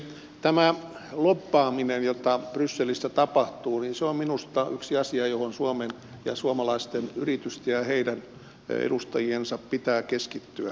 tämä lobbaaminen jota brysselissä tapahtuu on minusta yksi asia johon suomen ja suomalaisten yritysten ja heidän edustajiensa pitää keskittyä